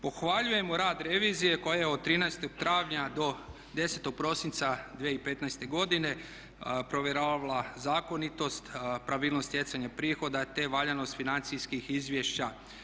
Pohvaljujemo rad revizije koja je od 13. travnja do 10. prosinca 2015. godine provjeravala zakonitost, pravilnost stjecanja prihoda te valjanost financijskih izvješća.